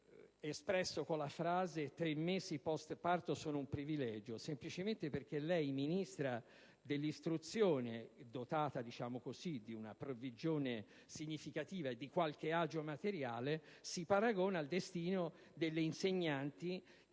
espresso con la frase: tre mesi post-parto sono un privilegio; semplicemente perché lei, Ministra dell'istruzione, dotata di una provvigione significativa e di qualche agio materiale, si paragona al destino delle insegnanti che